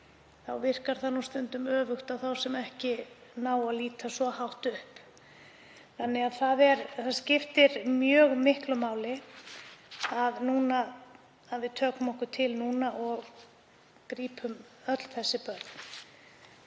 þá virkar það stundum öfugt á þá sem ekki ná að líta svo hátt upp. Það skiptir mjög miklu máli að við tökum okkur til núna og grípum öll þessi börn.